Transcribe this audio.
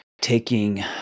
taking